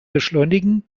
beschleunigen